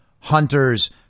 Hunter's